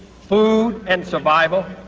food and survival.